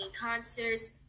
concerts